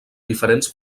diferents